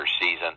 season